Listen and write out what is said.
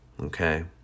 Okay